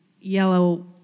yellow